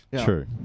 True